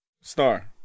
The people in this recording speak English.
Star